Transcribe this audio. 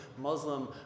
Muslim